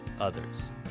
others